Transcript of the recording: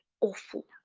awful